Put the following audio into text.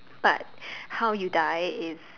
but how you die is